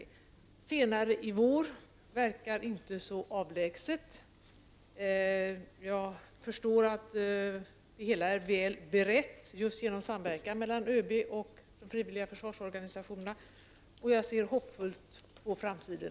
Försvarsministern säger att han skall föreslå regeringen lämpliga ändringar senare under våren, och det verkar inte så avlägset. Jag förstår att det hela är väl berett just genom samverkan mellan ÖB och de frivilliga försvarsorganisationerna. Och jag ser också hoppfullt på framtiden.